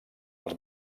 els